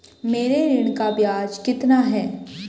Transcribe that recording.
मेरे ऋण का ब्याज कितना है?